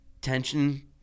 tension